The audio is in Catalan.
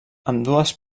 ambdues